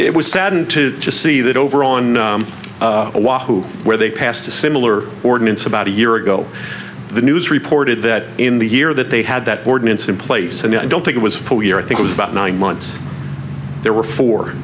it was saddened to see that over on where they passed a similar ordinance about a year ago the news reported that in the year that they had that ordinance in place and i don't think it was full year i think it was about nine months there were four